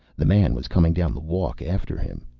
the man was coming down the walk after him.